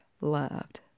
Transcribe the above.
Loved